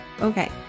Okay